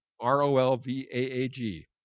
R-O-L-V-A-A-G